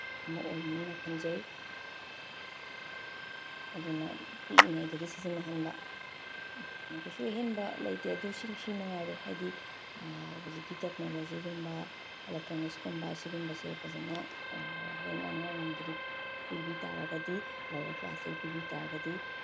ꯑꯃ ꯑꯣꯏꯅꯤꯅ ꯈꯟꯖꯩ ꯑꯗꯨꯅ ꯄꯤꯛꯏꯉꯩꯗꯒꯤ ꯁꯤꯖꯤꯟꯅꯍꯟꯕ ꯀꯩꯁꯨ ꯑꯍꯦꯟꯕ ꯂꯩꯇꯦ ꯑꯗꯨ ꯁꯤ ꯁꯤ ꯃꯉꯥꯏꯔꯦ ꯍꯥꯏꯔꯦ ꯍꯥꯏꯗꯤ ꯍꯧꯖꯤꯛꯀꯤ ꯇꯦꯛꯅꯣꯂꯣꯖꯤꯒꯨꯝꯕ ꯑꯦꯂꯦꯛꯇ꯭ꯔꯣꯅꯤꯛꯁꯀꯨꯝꯕ ꯁꯤꯒꯨꯝꯕꯁꯦ ꯐꯖꯅ ꯍꯦꯟꯅ ꯑꯉꯥꯡ ꯑꯣꯏꯔꯤꯉꯩꯗꯒꯤ ꯄꯤꯕꯤ ꯇꯥꯔꯒꯗꯤ ꯂꯣꯋꯥꯔ ꯀ꯭ꯂꯥꯁꯇꯒꯤ ꯄꯤꯕꯤ ꯇꯥꯔꯒꯗꯤ